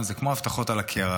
זה כמו הבטחות על הקרח.